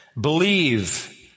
Believe